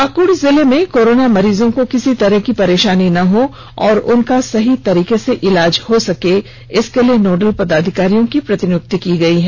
पाकुड़ जिले के कोरोना मरीजों को किसी तरह की परेशानी न हो और उनका सही तरीके से इलाज हो इसके लिए नोडल पदाधिकारियों की प्रतिनियुक्ति की गयी है